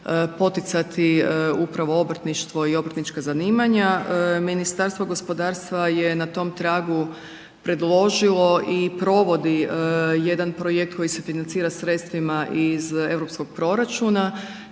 poticati upravo obrtništvo i obrtnička zanimanja. Ministarstvo gospodarstva je na tom tragu predložilo i provodi jedan projekt koji se financira sredstva iz europskog proračuna,